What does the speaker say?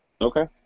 Okay